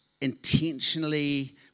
intentionally